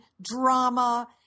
drama